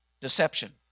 deception